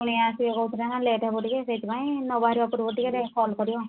କୁଣିଆ ଆସିବେ କହୁଥିଲେ ନା ଲେଟ୍ ହେବ ଟିକେ ସେଇଥିପାଇଁ ନ ବାହାରିବା ପୂର୍ବରୁ ଟିକେ କଲ୍ କରିବ